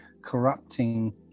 corrupting